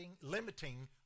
limiting